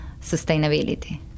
sustainability